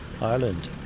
Ireland